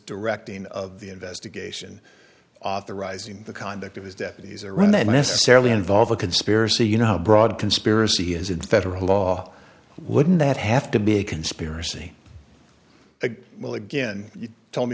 directing of the investigation authorizing the conduct of his deputies around that necessarily involve a conspiracy you know how broad conspiracy is in federal law wouldn't that have to be a conspiracy well again you told me